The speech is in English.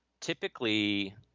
typically